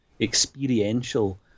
experiential